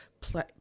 play